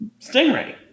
Stingray